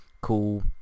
cool